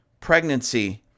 pregnancy